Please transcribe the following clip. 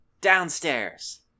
downstairs